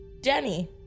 Denny